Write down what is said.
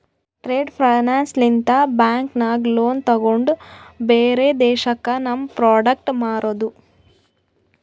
trade finance ಲಿಂತ bank ನಾಗ್ loan ತೊಗೊಂಡು ಬ್ಯಾರೆ ದೇಶಕ್ಕ ನಮ್ ಪ್ರೋಡಕ್ಟ್ ಮಾರೋದು